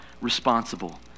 responsible